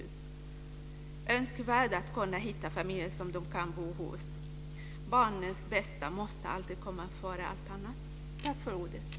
Det vore önskvärt att kunna hitta familjer som de kan bo hos. Barnens bästa måste alltid komma före allt annat. Tack för ordet.